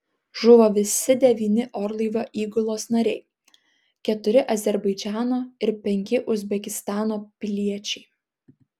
žuvo visi devyni orlaivio įgulos nariai keturi azerbaidžano ir penki uzbekistano piliečiai